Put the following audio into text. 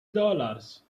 dollars